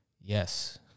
yes